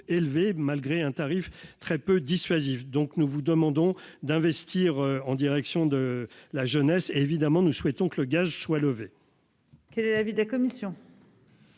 élevé, malgré un tarif très peu dissuasif, donc, nous vous demandons d'investir en direction de la jeunesse, évidemment, nous souhaitons que le gage soit levé. Quel est l'avis de la commission.